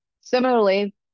similarly